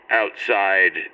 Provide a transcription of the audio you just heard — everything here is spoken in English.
outside